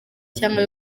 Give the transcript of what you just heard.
cyangwa